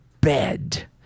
bed